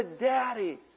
Daddy